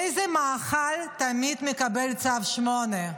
איזה מאכל תמיד מקבל צו 8?